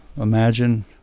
imagine